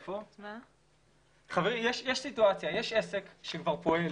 יש עסק שכבר פועל,